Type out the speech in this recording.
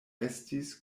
estis